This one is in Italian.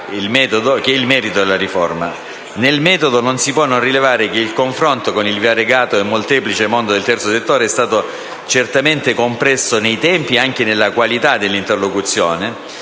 sia il merito della riforma. Nel metodo non si può non rilevare che il confronto con il variegato e molteplice mondo del terzo settore è stato certamente compresso nei tempi e nella qualità dell'interlocuzione